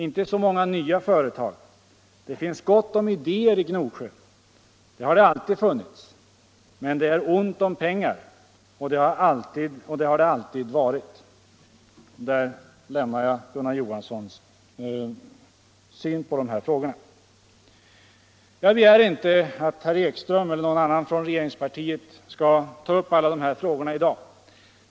Inte så många nya företag: det finns gott om idéer i Gnosjö, det har det alltid funnits, men det är ont om pengar, och det har det alltid varit.” Där lämnar jag Gunnar Johanssons syn på de här frågorna. Jag begär inte att herr Ekström eller någon annan från regeringspartiet skall ta upp alla de här frågorna i dag.